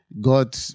God